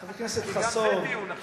כי גם זה דיון עכשיו.